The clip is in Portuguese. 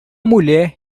mulher